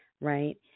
right